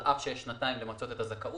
על אף שיש שנתיים למצות את הזכאות,